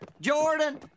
Jordan